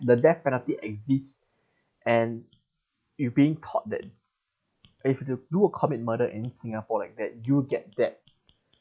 the death penalty exists and you being taught that if the do a commit murder in singapore like that you'll get that